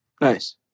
Nice